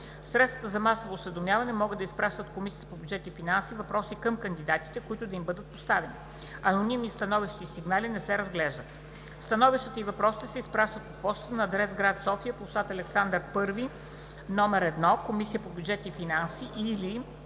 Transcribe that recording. Средствата за масово осведомяване могат да изпращат в Комисията по бюджет и финанси въпроси към кандидатите, които да им бъдат поставени. Анонимни становища и сигнали не се разглеждат. Становищата и въпросите се изпращат по пощата на адрес: град София, пл. „Княз Александър I“ № 1, Комисия по бюджет и финанси, или